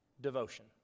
devotion